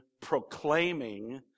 proclaiming